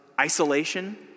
isolation